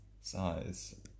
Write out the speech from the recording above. Size